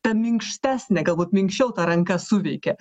ta minkštesnė galbūt minkščiau ta ranka suveikia